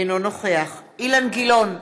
אינו נוכח אילן גילאון,